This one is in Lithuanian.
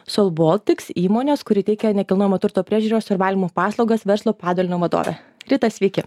sol baltics įmonės kuri teikia nekilnojamo turto priežiūros ir valymo paslaugas verslo padalinio vadovė rita sveiki